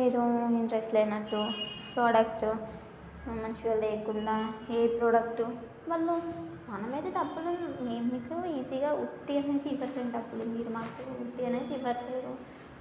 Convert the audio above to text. ఏదో ఇంట్రెస్ట్ లేనట్టు ప్రోడక్ట్ మంచిగా లేకుండా ఏ ప్రోడక్ట్ నన్ను మన మీద తప్పులు నేను మీకు ఈజీగా ఉట్టిగానే ఇవ్వట్లేదు డబ్బు మీరు మాకు ఉట్టిగానే ఇవ్వట్లేదు